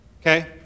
Okay